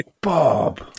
Bob